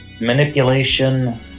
manipulation